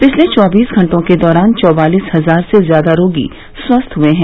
पिछले चौबीस घंटों के दौरान चौबालीस हजार से ज्यादा रोगी स्वस्थ हुए है